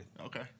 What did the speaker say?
Okay